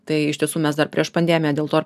tai iš tiesų mes dar prieš pandemiją dėl to ir